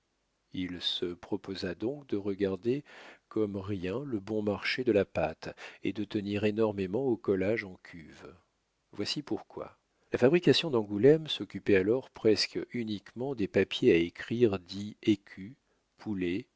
il se proposa donc de regarder comme rien le bon marché de la pâte et de tenir énormément au collage en cuve voici pourquoi la fabrication d'angoulême s'occupait alors presque uniquement des papiers à écrire dits écu poulet